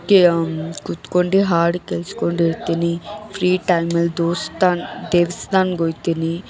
ಕೇ ಕೂತ್ಕೊಂಡು ಹಾಡು ಕೇಳ್ಸ್ಕೊಂಡಿರ್ತೀನಿ ಫ್ರೀ ಟೈಮಲ್ಲಿ ದೇವ್ಸ್ತಾನ ದೇವಸ್ಥಾನ್ಗೋಗ್ತೀನಿ